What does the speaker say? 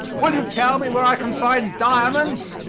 will you tell me where i can find diamonds?